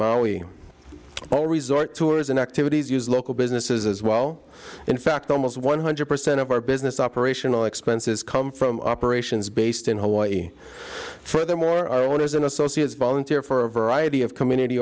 all resort to is in activities use local businesses as well in fact almost one hundred percent of our business operational expenses come from operations based in hawaii furthermore our owners and associates volunteer for a variety of community